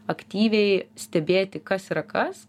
aktyviai stebėti kas yra kas